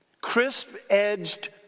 crisp-edged